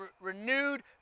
renewed